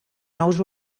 nous